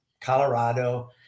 Colorado